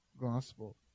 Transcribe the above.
gospel